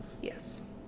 Yes